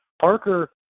Parker